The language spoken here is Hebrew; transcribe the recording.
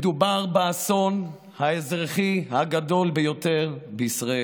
מדובר באסון האזרחי הגדול ביותר בישראל.